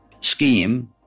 scheme